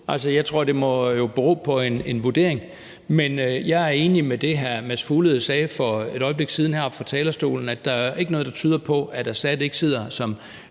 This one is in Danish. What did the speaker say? Altså, jeg tror jo, det må bero på en vurdering. Men jeg er enig i det, hr. Mads Fuglede sagde heroppe fra talerstolen for et øjeblik siden om, at der jo ikke er noget, der tyder på, at Assad ikke sidder som